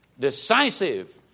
Decisive